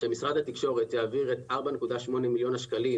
שמשרד התקשורת יעביר את 4.8 מילון השקים